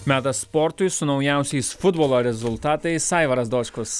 metas sportui su naujausiais futbolo rezultatais aivaras dočkus